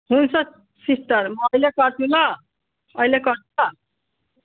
हुन्छ सिस्टर म अहिले गर्छु ल अहिले गर्छ